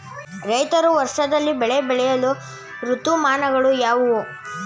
ರೈತರು ವರ್ಷದಲ್ಲಿ ಬೆಳೆ ಬೆಳೆಯುವ ಋತುಮಾನಗಳು ಯಾವುವು?